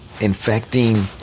infecting